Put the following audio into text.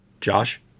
Josh